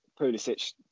Pulisic